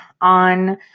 on